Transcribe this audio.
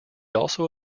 also